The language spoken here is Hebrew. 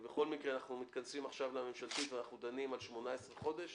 אבל אנחנו מתכנסים עכשיו להצעת החוק הממשלתית ודנים על 18 חודש.